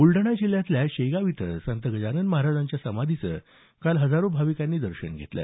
बुलडाणा जिल्ह्यातल्या शेगाव इथं संत गजानन महाराजांच्या समाधीचं लाखो भाविकांनी दर्शन घेतलं